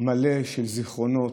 מלא של זיכרונות,